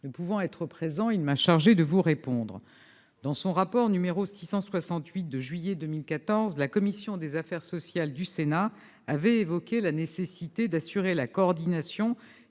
Ne pouvant être présent, il m'a chargée de vous répondre. Dans son rapport d'information n° 668 de juillet 2014, la commission des affaires sociales du Sénat avait évoqué la nécessité d'assurer la coordination